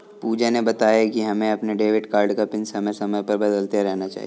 पूजा ने बताया कि हमें अपने डेबिट कार्ड का पिन समय समय पर बदलते रहना चाहिए